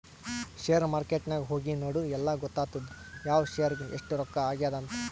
share market ನಾಗ್ ಹೋಗಿ ನೋಡುರ್ ಎಲ್ಲಾ ಗೊತ್ತಾತ್ತುದ್ ಯಾವ್ ಶೇರ್ಗ್ ಎಸ್ಟ್ ರೊಕ್ಕಾ ಆಗ್ಯಾದ್ ಅಂತ್